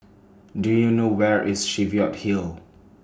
Do YOU know Where IS Cheviot Hill